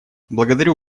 благодарю